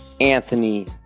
Anthony